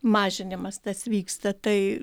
mažinimas tas vyksta tai